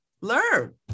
Learn